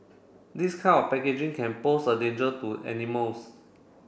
this kind of packaging can pose a danger to animals